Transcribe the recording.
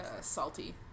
Salty